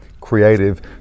creative